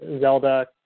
Zelda